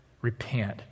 Repent